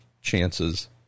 chances